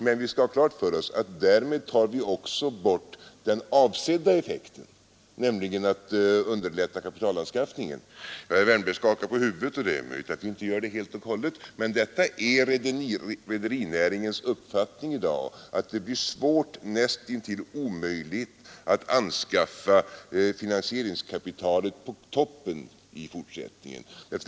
Men vi skall ha klart för oss att därmed tar vi också bort den avsedda effekten, nämligen att underlätta kapitalanskaffningen. Herr Wärnberg skakar på huvudet — och det är möjligt att det inte helt och hållet har varit så. Men det är rederinäringens uppfattning i dag att det blir svårt, näst intill omöjligt, att anskaffa finansieringskapitalet på toppen i fortsättningen.